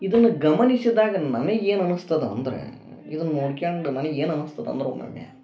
ಇದನ್ನು ಗಮನಿಸಿದಾಗ ನನಗೆ ಏನು ಅನಿಸ್ತದ ಅಂದರೆ ಇದನ್ನು ನೋಡ್ಕೊಂಡು ನನಿಗೆ ಏನು ಅನಿಸ್ತದ ಅಂದ್ರೆ ಒಮ್ಮೊಮ್ಮೆ